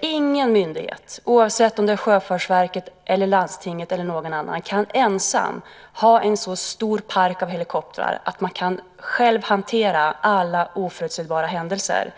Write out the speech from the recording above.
Ingen myndighet, oavsett om det är Sjöfartsverket, landstinget eller någon annan, kan ensam ha en så stor park av helikoptrar att man själv kan hantera alla oförutsebara händelser.